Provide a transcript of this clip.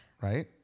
Right